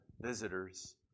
visitors